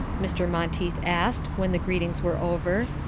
mr. monteith asked when the greetings were over.